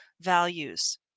values